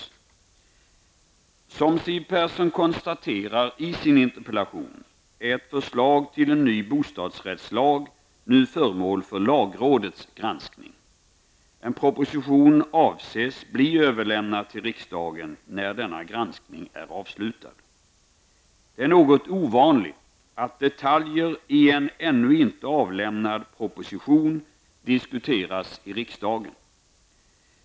Som Siw Persson konstaterar i sin interpellation är ett förslag till ny bostadsrättslag nu föremål för lagrådets granskning. En proposition avses bli överlämnad till riksdagen när denna granskning är avslutad. Det är något ovanligt att detaljer i en ännu inte avlämnad proposition diskuteras i riksdagen.